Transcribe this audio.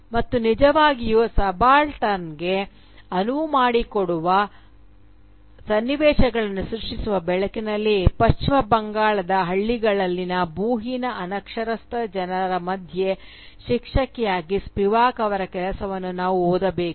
ಮತ್ತು ನಿಜವಾಗಿಯೂ ಸಬಾಲ್ಟರ್ನ್ಗೆ ಅನುವು ಮಾಡಿಕೊಡುವ ಸನ್ನಿವೇಶಗಳನ್ನು ಸೃಷ್ಟಿಸುವ ಬೆಳಕಿನಲ್ಲಿ ಪಶ್ಚಿಮ ಬಂಗಾಳದ ಹಳ್ಳಿಗಳಲ್ಲಿನ ಭೂಹೀನ ಅನಕ್ಷರಸ್ಥ ಜನರ ಮಧ್ಯ ಶಿಕ್ಷಕಿಯಾಗಿ ಸ್ಪಿವಾಕ್ ಅವರ ಕೆಲಸವನ್ನು ನಾವು ಓದಬೇಕು